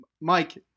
Mike